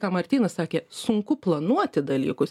ką martynas sakė sunku planuoti dalykus